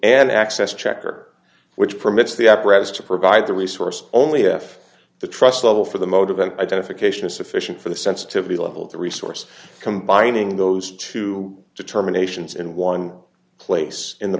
an access checker which permits the apparatus to provide the resource only if the trust level for the mode of identification is sufficient for the sensitivity level of the resource combining those two determinations in one place in the